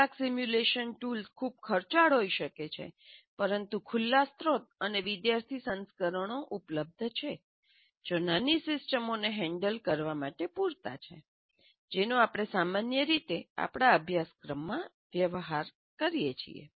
કેટલાક simulation tools ખૂબ ખર્ચાળ હોઈ શકે છે પરંતુ ખુલ્લા સ્રોત અને વિદ્યાર્થી સંસ્કરણો ઉપલબ્ધ છે જે નાની સિસ્ટમોને હેન્ડલ કરવા માટે પૂરતા છે જેનો આપણે સામાન્ય રીતે આપણા અભ્યાસક્રમોમાં વ્યવહાર કરીએ છીએ